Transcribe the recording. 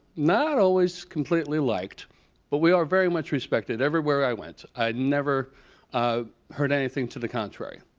not always completely liked but we are very much respected. everywhere i went. i never ah heard anything to the contrary.